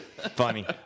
funny